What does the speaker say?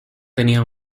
tenía